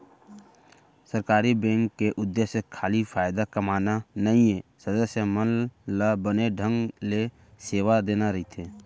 सहकारी बेंक के उद्देश्य खाली फायदा कमाना नइये, सदस्य मन ल बने ढंग ले सेवा देना रइथे